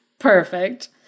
Perfect